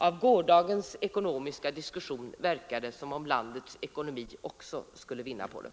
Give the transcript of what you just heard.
Av gårdagens ekonomiska diskussion verkar det som om landets ekonomi också skulle vinna på det.